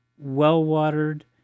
well-watered